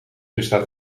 bestaat